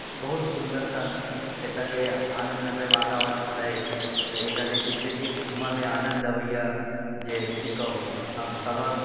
बहुत सुन्दर छनि एतयके आनन्दमय वातावरण छै तऽ एतय जे छै से घूमयमे आनन्द अबैए जे की कहू हम सभक